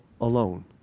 alone